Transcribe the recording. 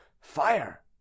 fire